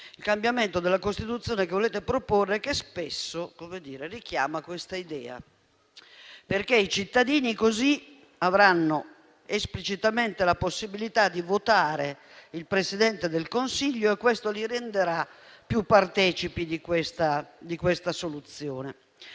Il cambiamento della Costituzione che volete proporre richiama spesso questa idea: i cittadini avranno esplicitamente la possibilità di votare il Presidente del Consiglio e questo li renderà più partecipi di questa soluzione.